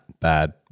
bad